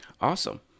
Awesome